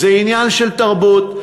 זה עניין של תרבות,